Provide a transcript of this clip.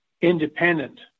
independent